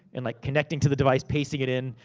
and like connecting to the device, pacing it in,